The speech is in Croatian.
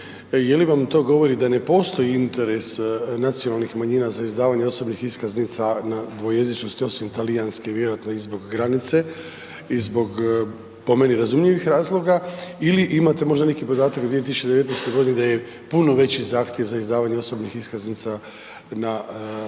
Je li vam to govori da ne postoji interes nacionalnih manjina za izdavanje osobnih iskaznica na dvojezičnosti osim talijanske, vjerojatno i zbog granice i zbog po meni razumljivih razloga ili imate možda neki podatak 2019. g. da je puno veći zahtjev za izdavanjem osobnih iskaznica na 2 jezika?